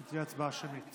שתהיה הצבעה שמית.